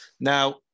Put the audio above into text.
now